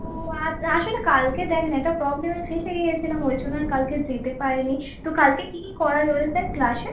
ও আচ্ছা আসলে কালকে দেখ না একটা প্রবলেমে ফেঁসে গিয়েছিলাম ওই জন্য আর কালকে যেতে পারি নি তো কালকে কী কী করালো রে স্যার ক্লাসে